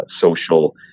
social